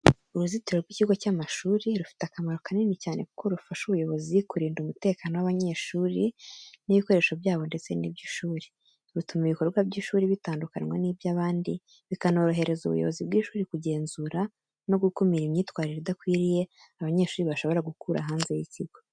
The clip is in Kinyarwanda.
Uruzitiro rw’ikigo cy’amashuri rufite akamaro kanini cyane kuko rufasha ubuyobozi kurinda umutekano w’abanyeshuri n’ibikoresho byabo ndetse n’iby’ishuri, rutuma ibikorwa by’ishuri bitandukanwa n’iby’abandi, bikanorohereza ubuyobozi bw'ishuri kugenzura no gukumira imyitwarire idakwiriye abanyeshuri bashobora gukura hanze y’ikigo.